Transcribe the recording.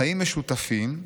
חיים משותפים,